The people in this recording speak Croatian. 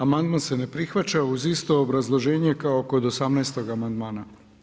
Amandman se ne prihvaća uz isto obrazloženje kao uz 18. amandman.